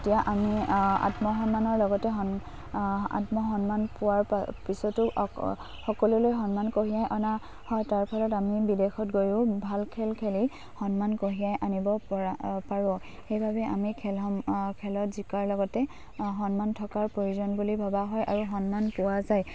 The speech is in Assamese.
এতিয়া আমি আত্মসন্মানৰ লগতে আত্মসন্মান পোৱাৰ পিছতো সকলোলৈ সন্মান কঢ়িয়াই অনা হয় তাৰ ফলত আমি বিদেশত গৈও ভাল খেল খেলি সন্মান কঢ়িয়াই আনিব পৰা পাৰোঁ সেইবাবে আমি খেল খেলত জিকাৰ লগতে সন্মান থকাৰ প্ৰয়োজন বুলি ভবা হয় আৰু সন্মান পোৱা যায়